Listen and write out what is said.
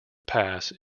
pass